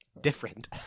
different